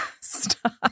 Stop